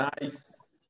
Nice